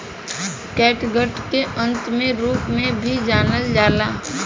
catgut के आंत के रूप में भी जानल जाला